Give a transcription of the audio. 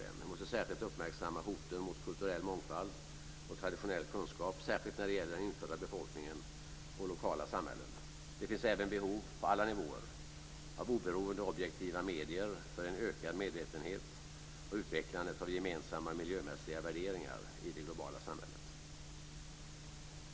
Jag måste särskilt uppmärksamma hoten mot kulturell mångfald och traditionell kunskap, särskilt när det gäller den infödda befolkningen och lokala samhällen. Det finns även behov på alla nivåer av oberoende objektiva medier för en ökad medvetenhet och för utvecklandet av gemensamma miljömässiga värderingar i det globala samhället.